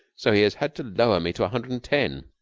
so he has had to lower me to a hundred and ten.